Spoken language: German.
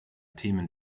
themen